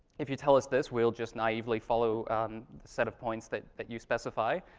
if you tell us this, we'll just naively follow the set of points that that you specify,